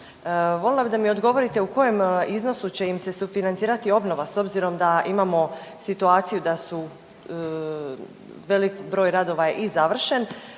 Voljela bih da mi odgovorite u kojem iznosu će im se sufinancirati obnova s obzirom da imamo situaciju da su velik broj radova je i završen